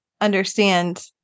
understand